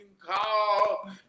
call